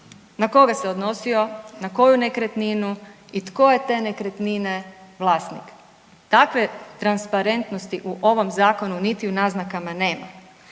na koga se odnosio, na koju nekretninu i tko je te nekretnine vlasnik. Takve transparentnosti u ovom zakonu niti u naznakama nema.